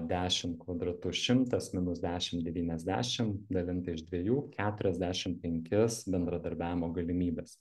dešim kvadratu šimtas minus dešim devyniasdešim dalinta iš dviejų keturiasdešim penkias bendradarbiavimo galimybes